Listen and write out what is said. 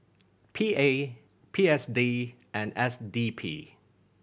P A P S D and S D P